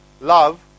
love